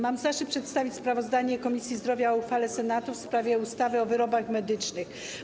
Mam zaszczyt przedstawić sprawozdanie Komisji Zdrowia o uchwale Senatu w sprawie ustawy o wyrobach medycznych.